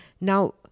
Now